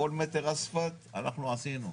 כל מטר אספלט אנחנו עשינו,